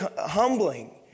humbling